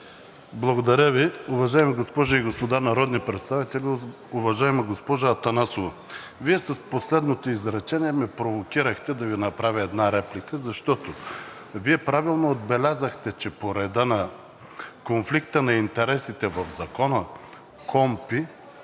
Благодаря Ви. Уважаеми госпожи и господа народни представители! Уважаема госпожо Атанасова, с последното изречение ме провокирахте да Ви направя една реплика, защото Вие правилно отбелязахте, че по реда на конфликта на интереси в Закона за